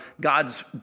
God's